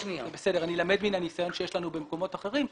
אני למד מן הניסיון שיש לנו במקומות אחרים.